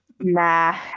Nah